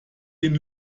den